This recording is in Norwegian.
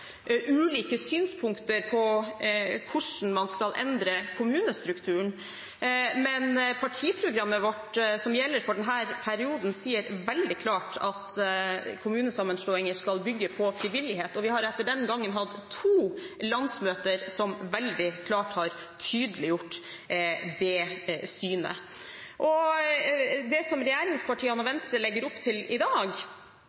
ulike synspunkter på hvordan man skal endre kommunestrukturen. Men partiprogrammet vårt som gjelder for denne perioden, sier veldig klart at kommunesammenslåinger skal bygge på frivillighet. Vi har etter den gangen hatt to landsmøter som veldig klart har tydeliggjort det synet. Det regjeringspartiene og